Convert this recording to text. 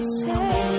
Say